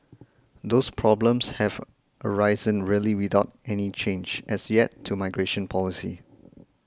those problems have arisen really without any change as yet to migration policy